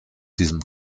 diesem